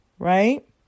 right